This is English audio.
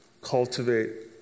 cultivate